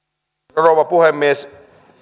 rouva puhemies